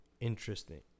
interesting